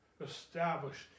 Established